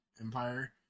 Empire